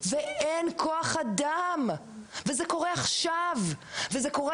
ואין כוח אדגם וזה קורה עכשיו וזה קורה